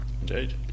Indeed